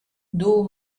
duu